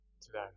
today